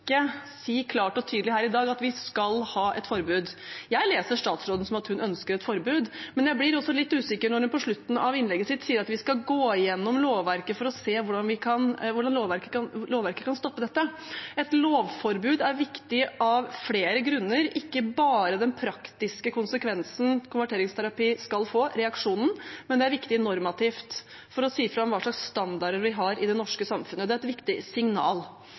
å si klart og tydelig her i dag at vi skal ha et forbud. Jeg leser statsråden som at hun ønsker et forbud, men jeg blir litt usikker når hun på slutten av innlegget sitt sier at man skal gå igjennom lovverket for å se hvordan lovverket kan stoppe dette. Et lovforbud er viktig av flere grunner, ikke bare den praktiske konsekvensen konverteringsterapi skal få, altså reaksjonen, det er også viktig normativt, for å si fra om hva slags standarder vi har i det norske samfunnet; det er et viktig signal.